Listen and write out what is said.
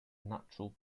natural